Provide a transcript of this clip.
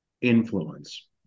influence